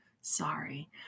sorry